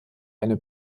eine